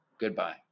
Goodbye